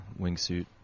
wingsuit